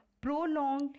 prolonged